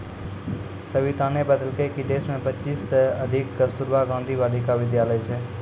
सविताने बतेलकै कि देश मे पच्चीस सय से अधिक कस्तूरबा गांधी बालिका विद्यालय छै